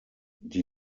die